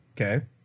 Okay